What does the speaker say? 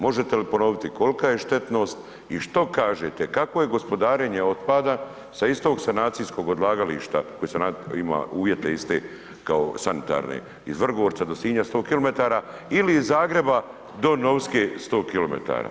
Možete li ponoviti kolika je štetnost i što kažete kakvo je gospodarenje otpada sa istog sanacijskog odlagališta koje ima uvjete iste kao sanitarne iz Vrgorca do Sinja 100km ili iz Zagreba do Novske 100km?